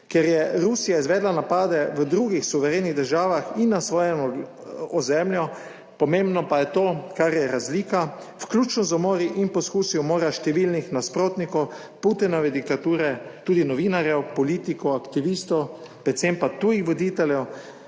kjer je Rusija izvedla napade v drugih suverenih državah in na svojem ozemlju, pomembno pa je to, kar je razlika, vključno z umori in poskusi umora številnih nasprotnikov Putinove diktature, tudi novinarjev, politikov, aktivistov, predvsem pa tujih voditeljev,